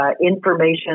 Information